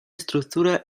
estructura